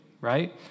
right